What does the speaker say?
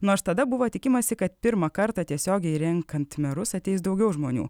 nors tada buvo tikimasi kad pirmą kartą tiesiogiai renkant merus ateis daugiau žmonių